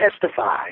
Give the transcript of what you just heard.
testify